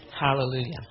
hallelujah